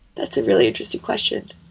that's a really interesting question.